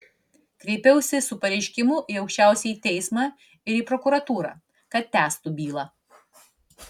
kreipiausi su pareiškimu į aukščiausiąjį teismą ir į prokuratūrą kad tęstų bylą